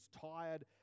tired